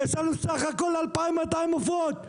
יש לנו בסה"כ 2,200 עופות.